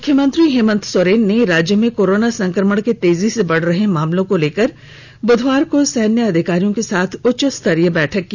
मुख्यमंत्री हेमंत सोरेन ने राज्य में कोरोना संक्रमण के तेजी से बढ़ रहे मामले को लेकर बुधवार को सैन्य अधिकारियों के साथ उच्च स्तरीय बैठक की